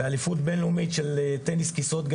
ההצלחה היא של קודמיי,